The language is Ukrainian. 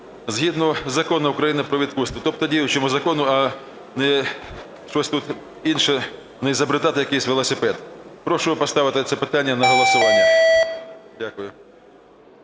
згідно з Законом України "Про відпустки". Тобто діючому закону, а не щось тут інше, не изобретать якийсь велосипед. Прошу поставити це питання на голосування. Дякую.